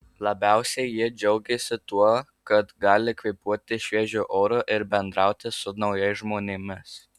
labiausiai jie džiaugėsi tuo kad gali kvėpuoti šviežiu oru ir bendrauti su naujais žmonėmis